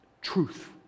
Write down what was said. truth